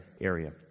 area